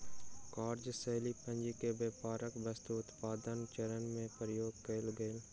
कार्यशील पूंजी के व्यापारक वस्तु उत्पादनक चरण में उपयोग कएल गेल